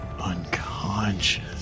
unconscious